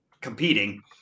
competing